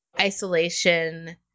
isolation